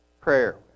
prayer